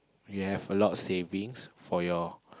you have a lot savings for your